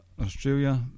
Australia